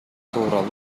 тууралуу